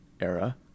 era